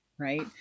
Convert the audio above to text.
Right